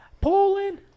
Poland